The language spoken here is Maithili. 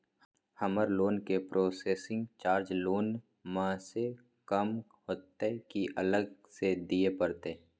हमर लोन के प्रोसेसिंग चार्ज लोन म स कम होतै की अलग स दिए परतै?